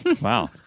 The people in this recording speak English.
Wow